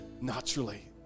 Naturally